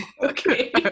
okay